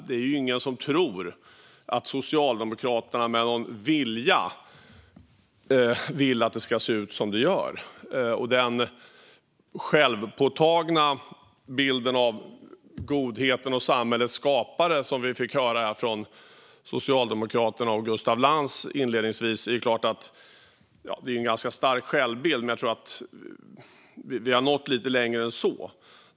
Det är ingen som tror att Socialdemokraternas vilja är att det ska se ut som det gör. Den självpåtagna bilden av godhet och samhällets skapare, som vi fick höra om från Socialdemokraterna och Gustaf Lantz inledningsvis, är en ganska stark självbild, men jag tror att vi har nått lite längre än så.